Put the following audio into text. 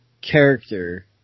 character